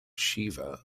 shiva